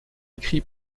écrit